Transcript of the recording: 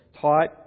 taught